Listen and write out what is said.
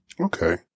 Okay